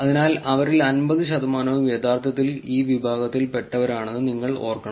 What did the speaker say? അതിനാൽ അവരിൽ 50 ശതമാനവും യഥാർത്ഥത്തിൽ ഈ വിഭാഗത്തിൽ പെട്ടവരാണെന്ന് നിങ്ങൾ ഓർക്കണം